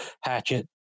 hatchet